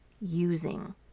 using